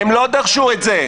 הם לא דרשו את זה.